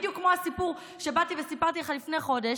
בדיוק כמו הסיפור שבאתי וסיפרתי לך לפני חודש,